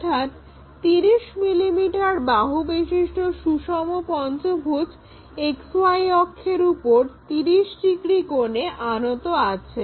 অর্থাৎ 30 মিলিমিটার বাহু বিশিষ্ট সুষম পঞ্চভুজ XY অক্ষের উপর 30 ডিগ্রী কোণে আনত আছে